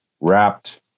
wrapped